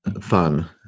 Fun